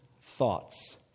thoughts